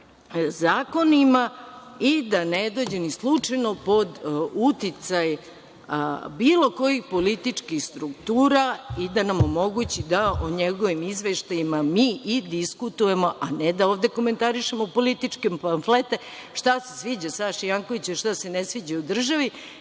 i da ne dođe ni slučajno pod uticaj bilo kojih političkih struktura, kao i da nam omogući da o njegovim izveštajima mi i diskutujemo, a ne da ovde komentarišemo u političke pamflete šta se sviđa Saši Jankoviću, a šta se ne sviđa u državi